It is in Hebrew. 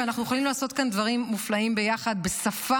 ושבהם אנחנו יכולים לעשות כאן דברים מופלאים ביחד בשפה,